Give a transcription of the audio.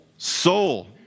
Soul